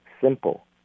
simple